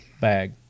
bag